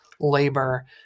labor